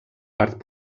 part